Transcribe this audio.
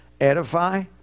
Edify